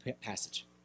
passage